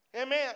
Amen